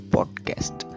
Podcast